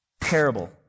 terrible